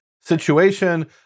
situation